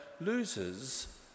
loses